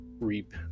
reap